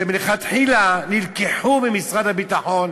שמלכתחילה נלקחו ממשרד הביטחון,